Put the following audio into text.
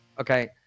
Okay